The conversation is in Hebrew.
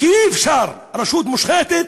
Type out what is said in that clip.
כי אי-אפשר, רשות מושחתת,